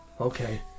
Okay